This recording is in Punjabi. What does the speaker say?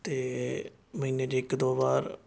ਅਤੇ ਮਹੀਨੇ ਦੇ ਇੱਕ ਦੋ ਵਾਰ